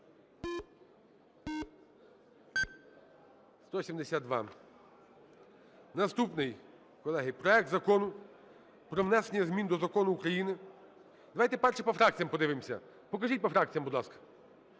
За-172 Наступний, колеги, проект Закону про внесення змін до Закону України… Давайте перше по фракціях подивимося. Покажіть по фракціях, будь ласка.